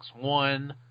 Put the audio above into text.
One